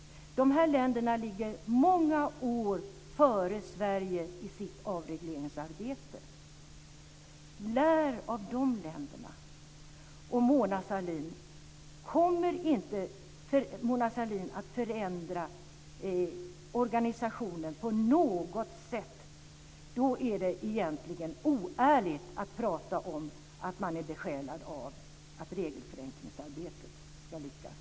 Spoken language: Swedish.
Dessa länder ligger många år före Sverige i sitt avregleringsarbete. Lär av dessa länder. Om inte Mona Sahlin på något sätt kommer att förändra organisationen så är det egentligen oärligt att tala om att man är besjälad av att regelförenklingsarbetet ska lyckas.